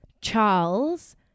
Charles